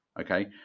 okay